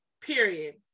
Period